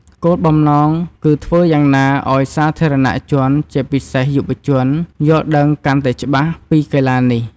គោលបំណងគឺធ្វើយ៉ាងណាឲ្យសាធារណជន ជាពិសេសយុវជន យល់ដឹងកាន់តែច្បាស់ពីកីឡានេះ។